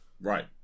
Right